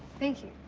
thank you.